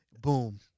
Boom